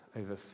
over